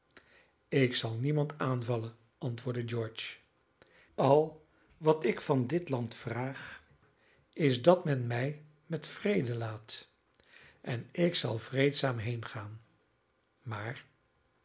ik zal niemand aanvallen antwoordde george al wat ik van dit land vraag is dat men mij met vrede laat en ik zal vreedzaam heengaan maar